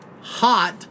Hot